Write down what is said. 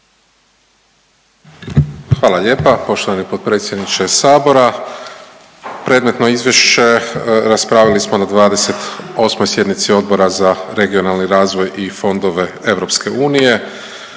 Hvala lijepa poštovani potpredsjedniče sabora. Predmetno izvješće raspravili smo na 28. sjednici Odbora za regionalni razvoj i fondove EU.